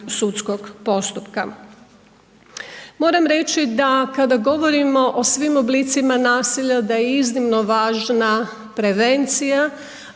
sudskog postupka. Moram reći da kada govorimo o svim oblicima nasilja, da je iznimno važna prevencija